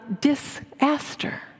disaster